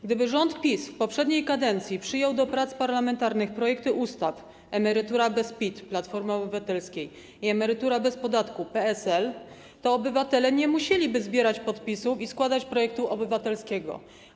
Gdyby rząd PiS w poprzedniej kadencji przyjął do prac parlamentarnych projekty ustaw emerytura bez PIT Platformy Obywatelskiej i Emerytura bez podatku PSL, to obywatele nie musieliby zbierać podpisów i składać projektu obywatelskiego.